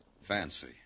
Fancy